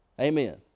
Amen